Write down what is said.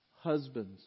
Husbands